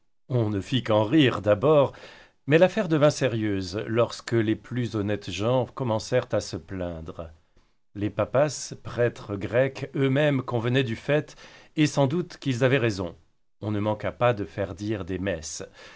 on ne fit qu'en rire d'abord mais l'affaire devint sérieuse lorsque les plus honnêtes gens commencèrent à se plaindre les papas prêtres grecs eux-mêmes convenaient du fait et sans doute qu'ils avaient raison on ne manqua pas de faire dire des messes